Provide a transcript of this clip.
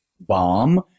bomb